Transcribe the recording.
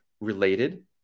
related